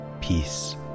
peace